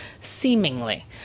seemingly